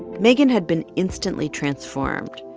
megan had been instantly transformed.